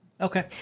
Okay